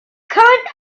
current